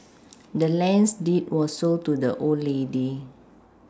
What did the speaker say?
the land's deed was sold to the old lady